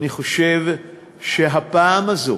אני חושב, הפעם הזאת,